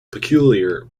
peculiar